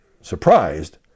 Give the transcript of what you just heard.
surprised